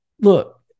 look